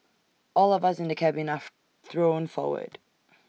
all of us in the cabin are thrown forward